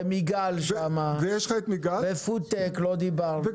ו-"מיגל" שם, ועל "פודטק" לא דיברנו.